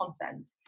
content